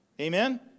Amen